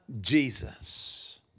Jesus